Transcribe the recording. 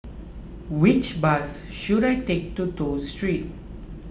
which bus should I take to Toh Street